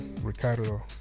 Ricardo